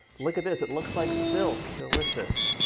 look at this it looks like silk, delicious.